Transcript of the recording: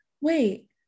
wait